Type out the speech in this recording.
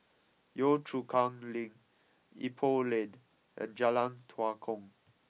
Yio Chu Kang Link Ipoh Lane and Jalan Tua Kong